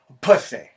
pussy